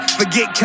forget